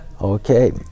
Okay